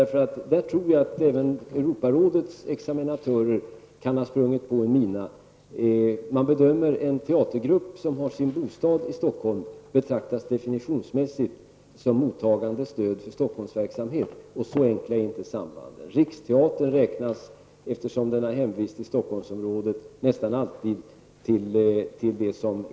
Jag tror att även Europarådets examinatörer kan ha sprungit på en mina där -- en teatergrupp som har sin hemvist i Stockholm betraktas definitionsmässigt som mottagande stöd för Stockholmsverksamhet, och så enkla är inte sambanden. Stödet till Riksteatern räknas, eftersom den har sin hemvist i Stockholmsområdet, nästan alltid till Stockholmsstöd.